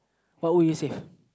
what would you save